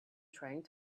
trying